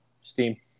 Steam